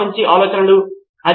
సరైన ప్రశ్నలు అడగడమే నా పని